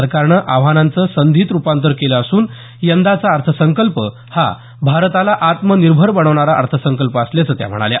सरकारनं आव्हानांचं संधीत रुपांतर केलं असून यंदाचा अर्थसंकल्प हा भारताला आत्मनिर्भर बनवणारा अर्थसंकल्प असल्याचं त्या म्हणाल्या